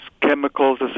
chemicals